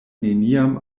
neniam